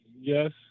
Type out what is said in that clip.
Yes